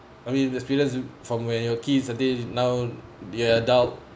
I mean the experience from when your kids until now they are adult